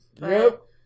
Nope